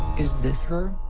is this her?